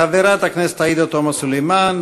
חברת הכנסת עאידה תומא סלימאן,